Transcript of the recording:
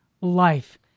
life